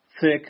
Thick